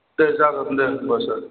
दे जागोन दे होनबा सार